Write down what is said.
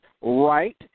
right